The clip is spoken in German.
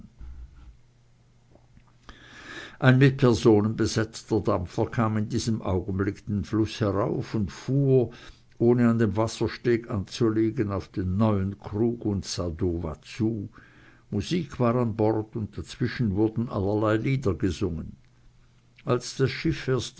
ein mit personen besetzter dampfer kam in diesem augenblicke den fluß herauf und fuhr ohne an dem wassersteg anzulegen auf den neuen krug und sadowa zu musik war an bord und dazwischen wurden allerlei lieder gesungen als das schiff